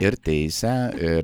ir teisę ir